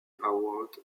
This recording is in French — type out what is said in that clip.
award